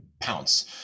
pounce